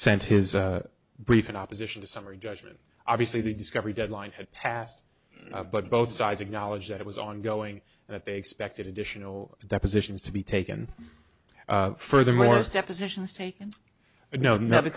sent his brief in opposition to summary judgment obviously the discovery deadline had passed but both sides acknowledge that it was ongoing that they expected additional depositions to be taken furthermore depositions taken no n